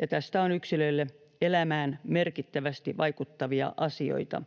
ja tästä on yksilöille elämään merkittävästi vaikuttavia asioita.